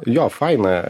jo faina